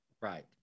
Right